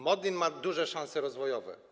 Modlin ma duże szanse rozwojowe.